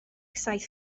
saith